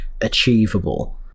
achievable